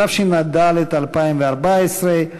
התשע"ד 2014,